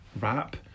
rap